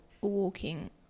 walking